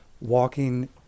walking